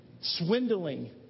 Swindling